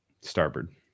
starboard